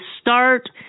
start